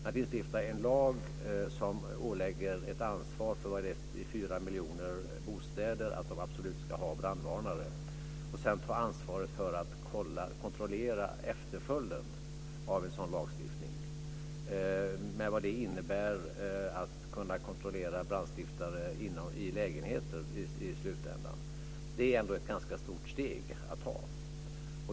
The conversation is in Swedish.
Att instifta en lag som ålägger ett ansvar för att 4 miljoner bostäder absolut ska ha brandvarnare och sedan ta ansvaret för att kontrollera efterföljden av en sådan lagstiftning, med vad det innebär av att kunna kontrollera brandstiftare i lägenheter i slutändan, är ändå ett ganska stort steg att ta.